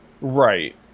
Right